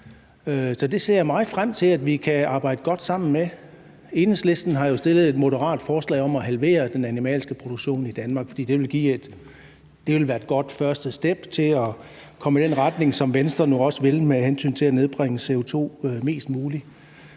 Så det ser jeg meget frem til at vi kan arbejde godt sammen om. Enhedslisten har jo stillet et moderat forslag om at halvere den animalske produktion i Danmark, for det vil være et godt første step til at komme i den retning, som Venstre nu også vil, med hensyn til at nedbringe CO2-udledningen